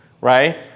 right